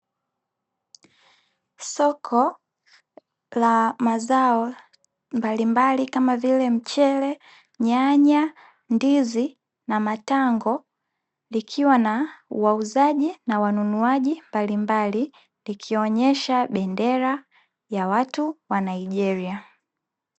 Soko la mazao mbalimbali kama: mchele, nyanya, ndizi na matango; ikiwa na wauzaji na wanunuaji mbalimbali, likionesha bendera ya watu wa Nigeria.